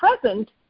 present